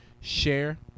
share